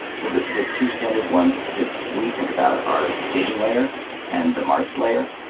so the the two standard ones that we think about are the staging layer and the mart's layer.